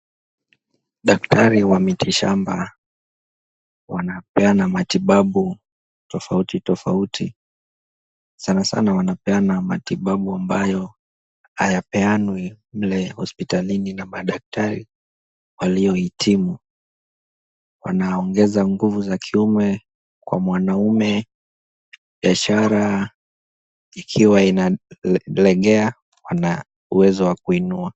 Daktari wa miti shamba wanapeana matibabu tofauti tofauti, sanasana wanapeana matibabu ambayo hayapeanwi mle hospitalini na madaktari waliohitimu. Wanaongeza nguvu za kiume kwa mwanamume, biashara ikiwa inalegea wana uwezo wa kuinua.